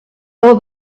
all